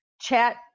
chat